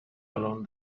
along